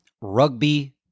rugby